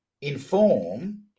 inform